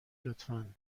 لطفا